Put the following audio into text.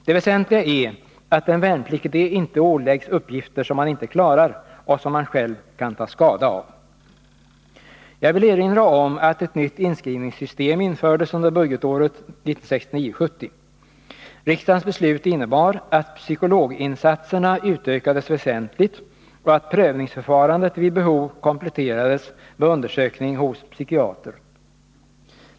Det väsentliga är att den värnpliktige inte åläggs uppgifter som han inte klarar och som han själv kan ta skada av. Jag vill erinra om att ett nytt inskrivningssystem infördes under budgetåret 1969/70. Riksdagens beslut innebar att psykologinsatserna utökades väsentligt och att prövningsförfarandet vid behov kompletterades med undersökning hos psykiater.